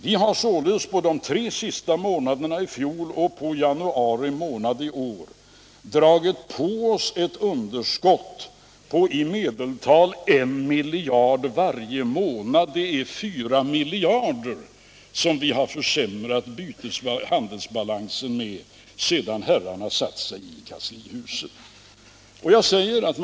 Vi har således under de tre sista månaderna i fjol och under januari i år dragit på oss ett underskott på i medeltal 1 miljard kronor varje månad. Det är 4 miljarder som vi har försämrat handelsbalansen med sedan herrarna satte sig i kanslihuset.